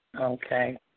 Okay